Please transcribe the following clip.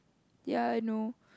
ya I know